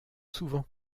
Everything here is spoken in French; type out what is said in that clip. souvent